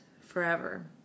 forever